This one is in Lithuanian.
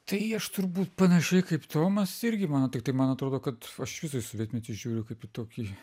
tai aš turbūt panašiai kaip tomas irgi mano tiktai man atrodo kad aš iš viso į sovietmetį žiūriu kaip į tokį